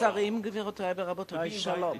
שרים, גבירותי ורבותי, שלום.